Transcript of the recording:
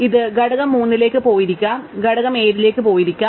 ഇത് ഘടകം 3 ലേക്ക് പോയിരിക്കാം ഘടകം 7 ലേക്ക് പോയിരിക്കാം